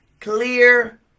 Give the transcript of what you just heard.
clear